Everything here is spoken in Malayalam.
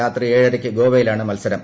രാത്രി ഏഴരയ്ക്ക് ഗോവയിലാണ് മത്സരം